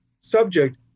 subject